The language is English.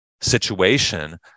situation